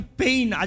pain